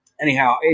anyhow